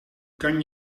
kan